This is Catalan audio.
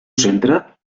centre